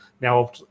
Now